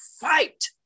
fight